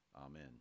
Amen